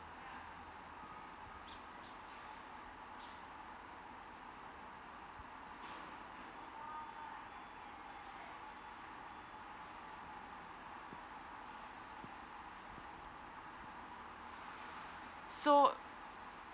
so